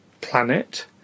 planet